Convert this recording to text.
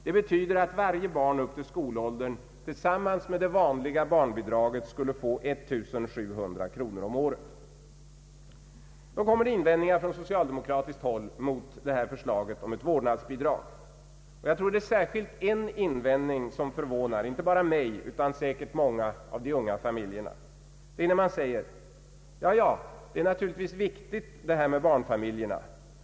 Det betyder att varje barn upp till skolåldern tillsammans med det vanliga barnbidraget skulle få 1700 kronor om året. Nu kommer invändningar från socialdemokratiskt håll mot detta förslag om vårdnadsbidrag. Det är särskilt en invändning som förvånar mig och säkert många av de unga familjerna. Det är när man säger: ”Jaja, det är naturligtvis viktigt med barnfamiljerna.